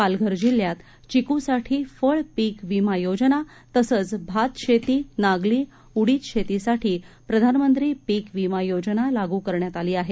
पालघर जिल्ह्यात चिकूसाठी फळ पिक विमा योजना तसंच भातशेती नागली उडीद शेतीसाठी प्रधानमंत्री पिक विमा योजना लागू करण्यात आली आहे